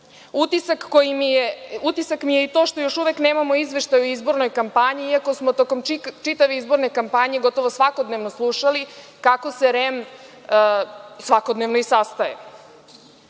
Utisak mi je i to što još uvek nemamo izveštaj o izbornoj kampanji iako smo tokom čitave izborne kampanje gotovo svakodnevno slušali kako se REM svakodnevno i sastaje.